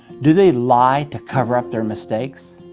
do they lie to cover up their mistakes?